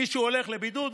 מישהו הולך לבידוד,